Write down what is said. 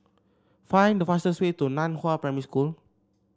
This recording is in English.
find the fastest way to Nan Hua Primary School